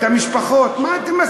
את המשפחות: מה אתם,